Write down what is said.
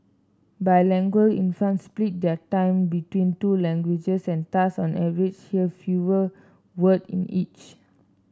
bilingual infants split their time between two languages and thus on average hear fewer word in each